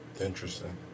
Interesting